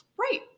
Right